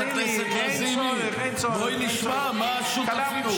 אין לך מה להגיד לנו.